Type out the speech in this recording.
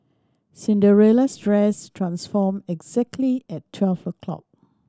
Cinderella's dress transformed exactly at twelve o'clock